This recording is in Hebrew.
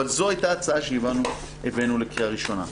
זו הייתה ההצעה שהבאנו לקריאה ראשונה.